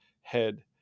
head